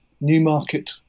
Newmarket